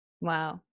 wow